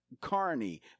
Carney